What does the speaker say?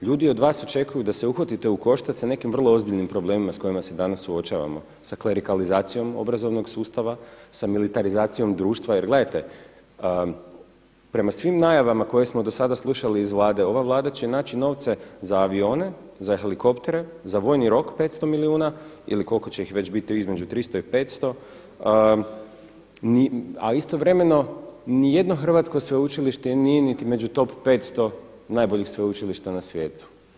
Ljudi od vas očekuju da se uhvatite u koštac sa nekim vrlo ozbiljnim problemima s kojima se danas suočavamo, sa klerikalizacijom obrazovnog sustava, sa militarizacijom društva jer gledajte prema svim najavama koje smo do sada slušali iz Vlade, ova Vlada će naći novce za avione, ha helikoptere, za vojni rok 500 milijuna ili koliko će ih već biti između 300 i 500, a istovremeno nijedno hrvatsko sveučilište nije niti među top 500 najboljih sveučilišta na svijetu.